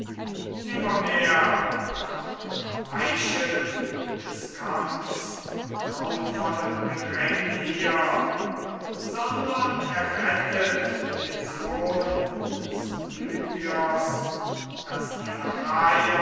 nimmermehr doch entweichet des kampfs graunvollem gedräng hier sondern errettet den sohn des klytios daß die